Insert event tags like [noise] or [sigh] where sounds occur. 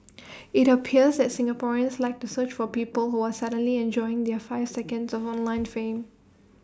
[noise] IT appears that Singaporeans like to search for people who are suddenly enjoying their five seconds of unlined [noise] fame